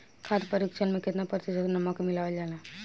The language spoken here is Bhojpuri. खाद्य परिक्षण में केतना प्रतिशत नमक मिलावल जाला?